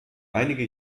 einige